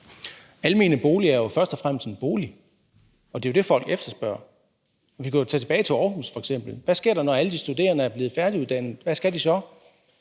Almene boliger er jo først og fremmest boliger, og det er jo det, folk efterspørger. Vi kunne kigge tilbage på Aarhus f.eks., for hvad sker der, når alle de studerende er blevet færdiguddannet? Hvad skal de så?